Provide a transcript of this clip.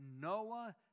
Noah